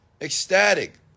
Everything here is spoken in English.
ecstatic